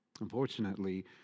unfortunately